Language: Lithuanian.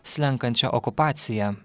slenkančia okupacija